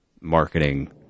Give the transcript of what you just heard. Marketing